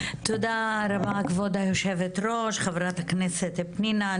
תודה רבה כבוד היושבת-ראש חברת הכנסת פנינה.